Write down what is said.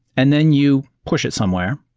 and then you push it somewhere.